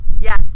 Yes